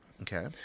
Okay